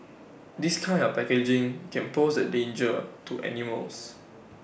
this kind of packaging can pose A danger to animals